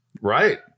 Right